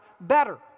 better